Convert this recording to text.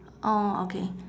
orh okay